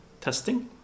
testing